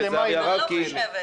לצערי הרב,